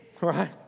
right